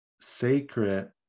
sacred